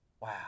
Wow